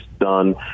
done